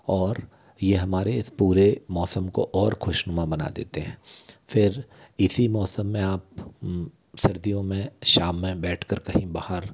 और ये हमारे इस पूरे मौसम को और ख़ुशनुमा बना देते हैं फिर इसी मौसम में आप सर्दियों में शाम में बैठ कर कहीं बाहर